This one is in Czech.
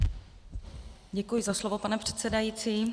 Děkuji za slovo, pane předsedající.